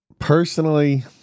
Personally